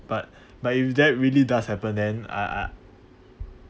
but but if that really does happen then I I